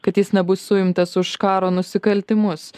kad jis nebus suimtas už karo nusikaltimus